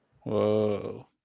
Whoa